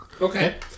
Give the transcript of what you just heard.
Okay